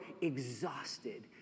exhausted